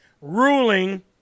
ruling